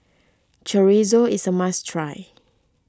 Chorizo is a must try